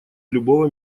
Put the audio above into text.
любого